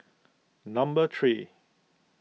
number three